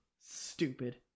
Stupid